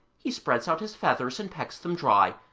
he spreads out his feathers and pecks them dry,